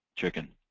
chicken.